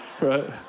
right